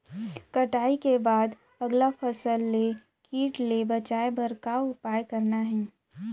कटाई के बाद अगला फसल ले किट ले बचाए बर का उपाय करना हे?